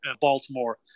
Baltimore